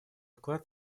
вклад